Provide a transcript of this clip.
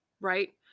right